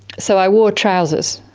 so i wore trousers.